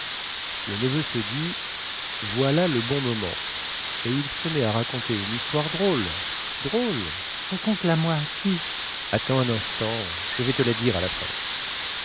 le neveu se dit voilà le bon moment et il se met à raconter une histoire drôle drôle raconte la moi dis attends un instant je vais te la dire à la fin